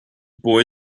boy